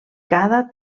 cada